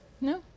No